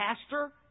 pastor